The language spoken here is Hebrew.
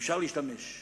אפשר להשתמש.